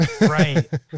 Right